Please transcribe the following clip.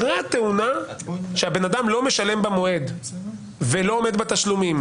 אחרי התאונה שהבן אדם לא משלם במועד ולא עומד בתשלומים.